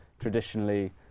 traditionally